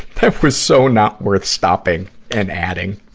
that was so not worth stopping and adding.